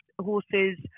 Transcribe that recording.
horses